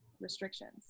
restrictions